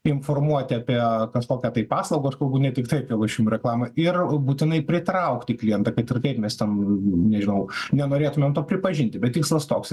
informuoti apie kažkokią tai paslaugą aš kalbu ne tiktai apie lošimų reklamą ir būtinai pritraukti klientą kad ir kaip mes ten nežinau nenorėtumėm to pripažinti bet tikslas toks